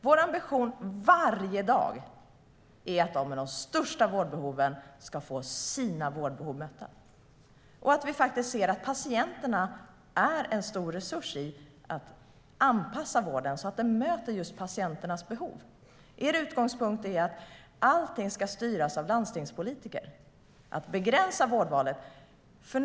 Vår ambition varje dag är att de med de största vårdbehoven ska få sina vårdbehov tillgodosedda. Vi ser att patienterna är en stor resurs i att anpassa vården så att den möter patienternas behov. Er utgångspunkt är att allting ska styras av landstingspolitiker och att vårdvalet ska begränsas.